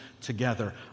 together